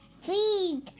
Feed